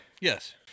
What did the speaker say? Yes